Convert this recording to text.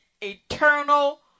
eternal